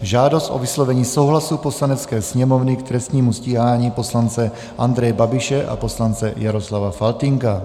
Žádost o vyslovení souhlasu Poslanecké sněmovny k trestnímu stíhání poslance Andreje Babiše a poslance Jaroslava Faltýnka